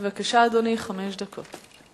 בבקשה, אדוני, חמש דקות.